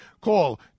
call